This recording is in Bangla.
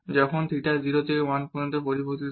যখন থিটা 0 থেকে 1 পর্যন্ত পরিবর্তিত হয়